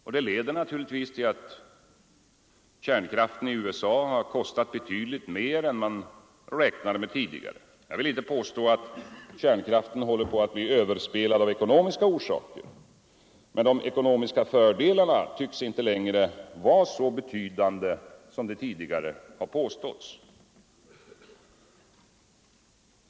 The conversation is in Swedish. Detta leder naturligtvis till att kärnkraften i USA har kostat betydligt mer än man räknade med tidigare. Jag vill inte påstå att kärnkraften håller på att bli överspelad av ekonomiska orsaker, men de ekonomiska fördelarna tycks inte längre vara så betydande som det tidigare har påståtts.